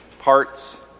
parts